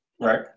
Right